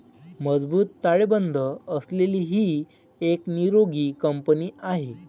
मजबूत ताळेबंद असलेली ही एक निरोगी कंपनी आहे